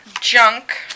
Junk